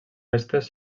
restes